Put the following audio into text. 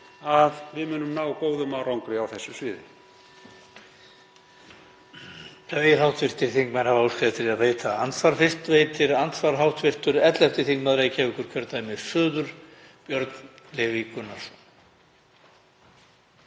að við munum ná góðum árangri á þessu sviði.